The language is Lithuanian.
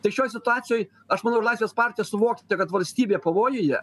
tai šioj situacijoj aš manau ir laisvės partija suvoksite kad valstybė pavojuje